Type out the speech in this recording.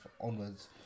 onwards